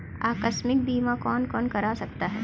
आकस्मिक बीमा कौन कौन करा सकता है?